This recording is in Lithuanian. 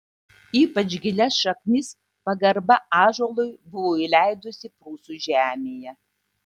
ypač gilias šaknis pagarba ąžuolui buvo įleidusi prūsų žemėje